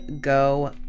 go